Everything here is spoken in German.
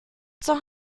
zur